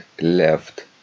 left